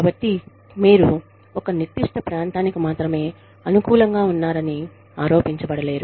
కాబట్టి మీరు ఒక నిర్దిష్ట ప్రాంతానికి మాత్రమే అనుకూలంగా ఉన్నారని ఆరోపించబడలేరు